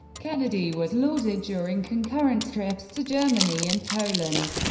kennedy was lauded during concurrent trips to germany and poland,